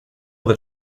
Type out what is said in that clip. that